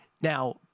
Now